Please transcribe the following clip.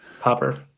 Popper